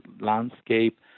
landscape